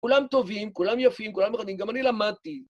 כולם טובים, כולם יפים, כולם יחדים, גם אני למדתי.